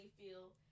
feel